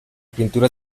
pintura